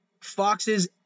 Foxes